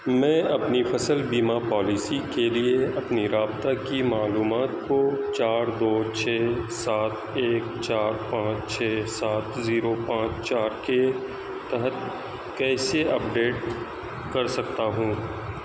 میں اپنی فصل بیمہ پالیسی کے لیے اپنی رابطہ کی معلومات کو چار دو چھ سات ایک چار پانچ چھ سات زیرو پانچ چار کے تحت کیسے اپ ڈیٹ کر سکتا ہوں